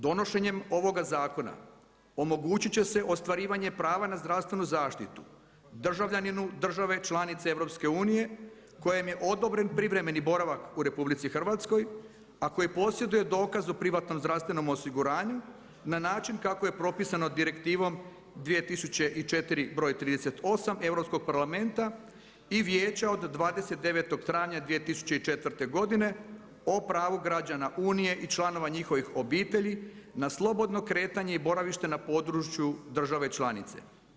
Donošenjem ovoga zakona omogućit će se ostvarivanje prava na zdravstvenu zaštitu državljaninu države članice EU-a kojem je odobren privremeni boravak u RH, a koji posjeduje dokaz o privatnom zdravstvenom osiguranju na način kako je propisano Direktivom 2004. br. 38 Europskog parlamenta i Vijeća od 29. travnja 2004. godine, o pravu građana Unije i članova njihovih obitelji na slobodno kretanje i boravište na području države članice.